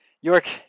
York